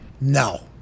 No